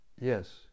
Yes